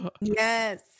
Yes